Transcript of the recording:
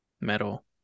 metal